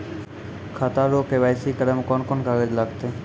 खाता रो के.वाइ.सी करै मे कोन कोन कागज लागतै?